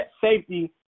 safety